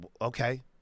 Okay